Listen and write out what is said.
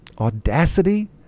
Audacity